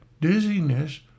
dizziness